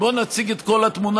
בואו נציג את כל התמונה.